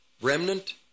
remnant